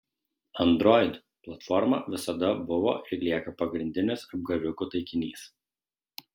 android platforma visada buvo ir lieka pagrindinis apgavikų taikinys